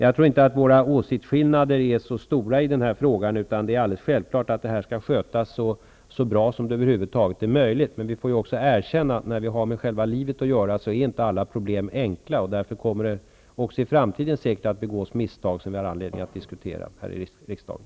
Jag tror inte att våra åsiktsskillnader är så stora i den här frågan. Det är alldeles självklart att detta skall skötas så bra som det över huvud taget är möjligt. Men vi får också erkänna att när vi har med själva livet att göra är inte alla problem enkla. Därför kommer det säkert också i framtiden att begås misstag som vi får anledning att diskutera här i riksdagen.